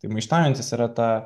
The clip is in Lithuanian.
tai maištaujantis yra ta